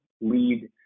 lead